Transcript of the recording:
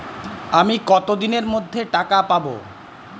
আমি কতদিনের মধ্যে টাকা পাবো?